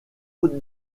haute